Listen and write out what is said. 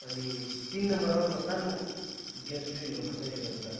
अनि तिन नम्बरमा म सानु गेम्स पनि मन पर्छ एउटा कुरा